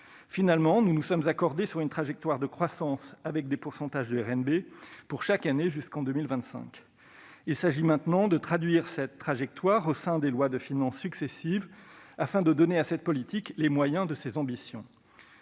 Finalement, nous nous sommes accordés sur une trajectoire de croissance avec des pourcentages du RNB pour chaque année jusqu'en 2025. Il s'agit maintenant de traduire cette trajectoire au sein des lois de finances successives afin de donner à cette politique les moyens de ses ambitions.